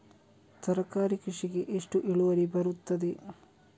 ತರಕಾರಿ ಕೃಷಿಗೆ ಎಷ್ಟು ಇಳುವರಿ ಬರುತ್ತದೆ?